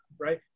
right